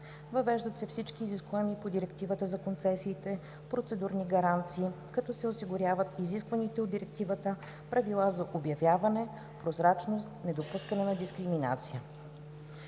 Въвеждат се всички изискуеми по Директивата за концесиите процедурни гаранции, като се осигуряват изискваните от Директивата правила за обявяване, прозрачност, недопускане на дискриминация.